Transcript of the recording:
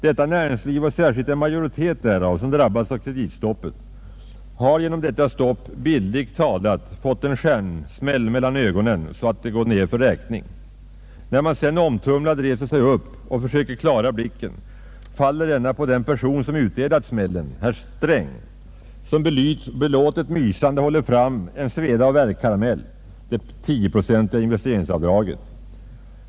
Detta näringsliv och särskilt den majoritet därav som drabbats av kreditstoppet har genom detta stopp bildligt talat fått en stjärnsmäll mellan ögonen så att det gått ned för räkning. När man sedan omtumlad reser sig upp och söker klara blicken faller denna på den person som utdelat smällen, herr Sträng, som belåtet mysande håller fram en sveda och värkkaramell, det 10-procentiga investeringsavdraget.